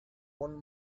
one